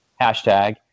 Hashtag